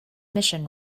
mission